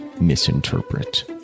misinterpret